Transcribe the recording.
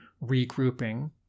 regrouping